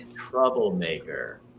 troublemaker